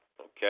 Okay